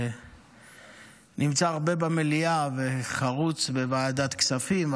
שנמצא הרבה במליאה וחרוץ בוועדת הכספים,